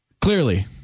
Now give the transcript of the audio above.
Clearly